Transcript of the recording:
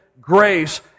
grace